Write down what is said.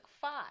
five